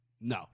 No